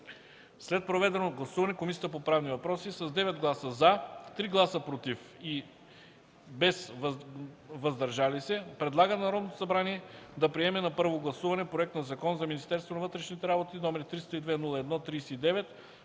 След проведено гласуване, Комисията по правни въпроси с 9 гласа „за”, 3 гласа „против и без „въздържали се” предлага на Народното събрание да приеме на първо гласуване Проект на закон за Министерството